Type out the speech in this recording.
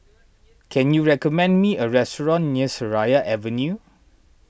can you recommend me a restaurant near Seraya Avenue